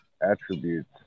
attributes